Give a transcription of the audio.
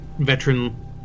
veteran